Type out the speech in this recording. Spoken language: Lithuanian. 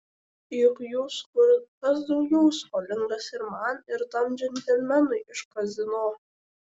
juk jūs kur kas daugiau skolingas ir man ir tam džentelmenui iš kazino